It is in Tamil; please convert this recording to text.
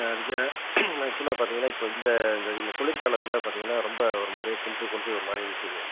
அதுக்கு ஆக்சுவலாக பார்த்தீங்கன்னா இப்போ இந்த இந்த இந்த குளிர்காலத்தில் பார்த்தீங்கன்னா ரொம்ப ஒரு மாதிரி குன்றி குன்றி ஒரு மாதிரி நிற்கிது